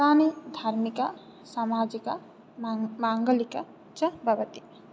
तानि धार्मिक सामाजिक मान् माङ्गलिक च भवति